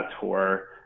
tour